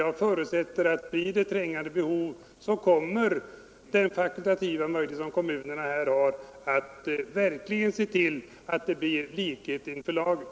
Jag förutsätter att om det finns ett trängande behov så kommer kommunerna genom den fakultativa möjlighet som finns att se till att det råder likhet inför lagen.